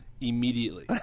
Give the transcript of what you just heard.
immediately